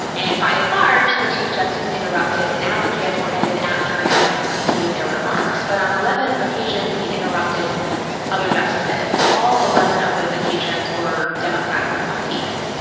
and by and large, the chief justice interrupted an advocate or ended after an advocate concluded their remarks. but on eleven occasions he interrupted other justices, and all eleven of those occasions were democratic appointees,